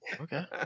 okay